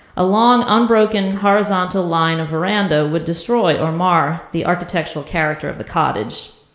a long, unbroken horizontal line, a veranda, would destroy or mar the architectural character of the cottage.